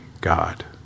God